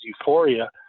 euphoria